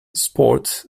sport